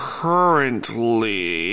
currently